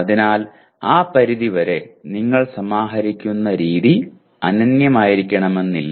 അതിനാൽ ആ പരിധിവരെ നിങ്ങൾ സമാഹരിക്കുന്ന രീതി അനന്യമായിരിക്കണമെന്നില്ല